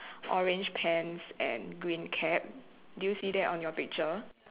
orange pants and green cap do you see that on your picture